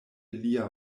lia